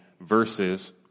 verses